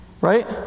right